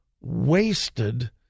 wasted